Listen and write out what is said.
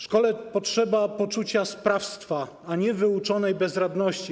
Szkole potrzeba poczucia sprawstwa, a nie wyuczonej bezradności.